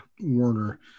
Warner